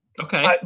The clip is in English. Okay